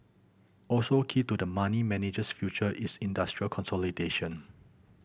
also key to the money manager's future is industry consolidation